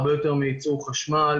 הרבה יותר מייצור חשמל,